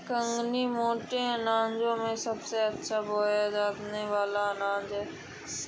कंगनी मोटे अनाजों में सबसे ज्यादा बोया जाने वाला अनाज है